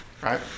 right